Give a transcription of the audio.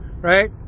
right